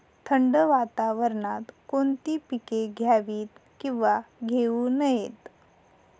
थंड वातावरणात कोणती पिके घ्यावीत? किंवा घेऊ नयेत?